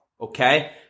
Okay